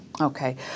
Okay